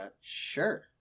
Sure